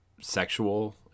sexual